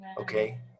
Okay